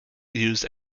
used